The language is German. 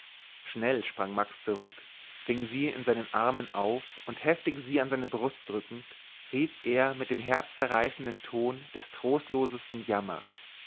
schnell sprang max zurück fing sie in seinen armen auf und heftig sie an seine brust drückend rief er mit dem herzzerreißenden ton des trostlosesten jammers